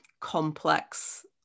complex